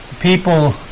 People